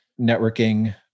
networking